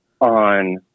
on